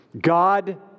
God